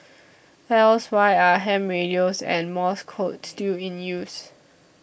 else why are ham radios and Morse code still in use